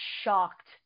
shocked